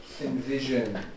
envision